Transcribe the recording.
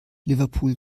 liverpool